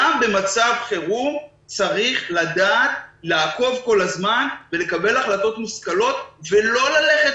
גם במצב חירום צריך לדעת לעקוב כל הזמן ולקבל החלטות מושכלות ולא ללכת